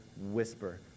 whisper